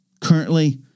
currently